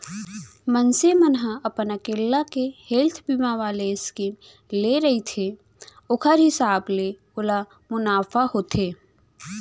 मनसे मन ह अपन अकेल्ला के हेल्थ बीमा वाले स्कीम ले रहिथे ओखर हिसाब ले ओला मुनाफा होथे